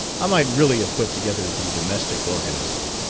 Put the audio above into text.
i might really have put together the domestic organism.